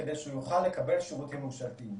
כדי שהוא יוכל לקבל שירותים ממשלתיים.